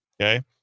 Okay